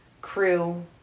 crew